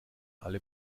alle